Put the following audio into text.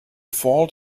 fault